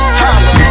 holla